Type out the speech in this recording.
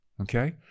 Okay